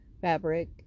fabric